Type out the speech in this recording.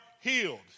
healed